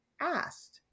asked